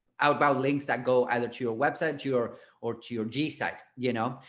outbound links that go either to your website, your or to your g site, you know,